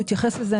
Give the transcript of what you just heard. יתייחס לזה.